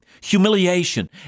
humiliation